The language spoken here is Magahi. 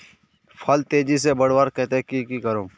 फल तेजी से बढ़वार केते की की करूम?